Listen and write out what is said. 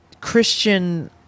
Christian